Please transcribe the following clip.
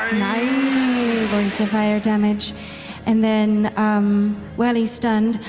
i mean points of fire damage and then while he's stunned,